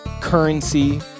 Currency